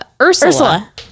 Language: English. Ursula